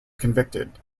convicted